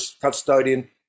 custodian